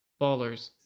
ballers